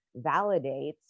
validates